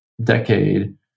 decade